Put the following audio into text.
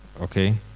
Okay